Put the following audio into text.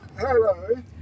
Hello